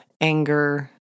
Anger